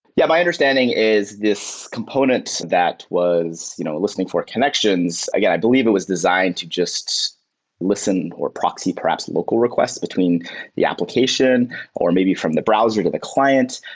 yeah. my understanding is this component that was you know listening for connections. again, i believe it was designed to just listen or proxy perhaps a local request between the application or maybe from the browser to the client.